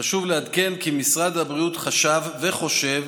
חשוב לעדכן כי משרד הבריאות חשב, וחושב,